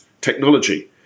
technology